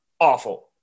awful